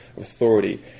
authority